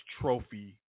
trophy